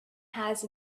has